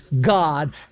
God